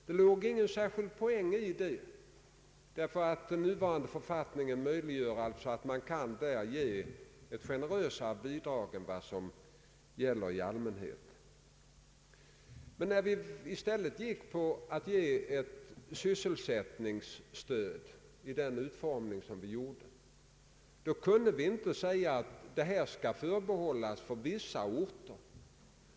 Det låg alltså ingen särskild poäng i förslaget, eftersom man redan nu kan ge ett generösare bidrag än vad som gäller i allmänhet. När vi i stället bestämde oss för att ge ett sysselsättningsstöd i den utformning vi förordar, kunde vi inte säga att det skall förbehållas för vissa orter.